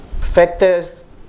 factors